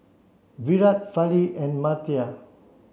Virat Fali and Amartya